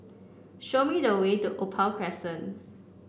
show me the way to Opal Crescent